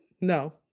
no